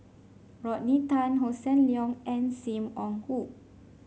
Rodney Tan Hossan Leong and Sim Wong Hoo